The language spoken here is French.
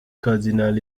cardinal